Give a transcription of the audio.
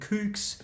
Kooks